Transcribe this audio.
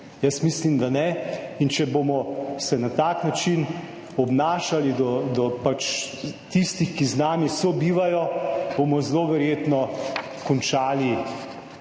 Jaz mislim, da ne. In če se bomo na tak način obnašali do tistih, ki z nami sobivajo, bomo zelo verjetno končali